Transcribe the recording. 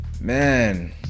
Man